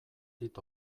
dit